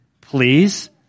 please